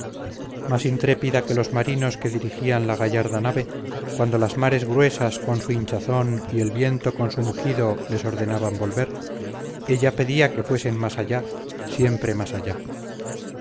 más intrépida que los marinos que dirigían la gallarda nave cuando las mares gruesas con su hinchazón y el viento con su mugido les ordenaban volver ella pedía que fuesen más allá siempre más allá